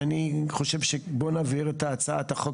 ואני חושב שבואו נעביר את הצעת החוק